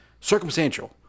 Circumstantial